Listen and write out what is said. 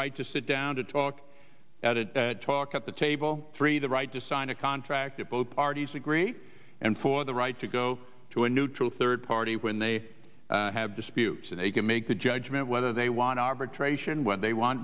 right to sit down to talk at a talk at the table three the right to sign a contract that both parties agree and for the right to go to a neutral third party when they have disputes and they can make the judgment whether they want arbitration when they want